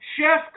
Chef